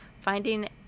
finding